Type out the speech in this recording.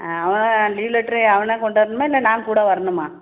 ஆ அவன் leave letter அவன் தான் கொண்டு வரணுமா இல்லை நான் கூட வரணுமா